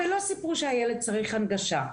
ולא סיפרו שהילד צריך הנגשה.